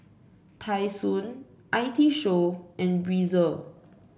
Tai Sun I T Show and Breezer